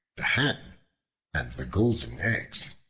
the hen and the golden eggs